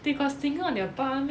they got stinger on their butt [one] meh